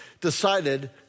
decided